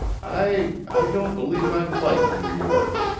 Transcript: i i don't believe i'd like new york.